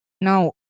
Now